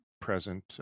present